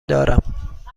دارم